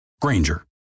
Granger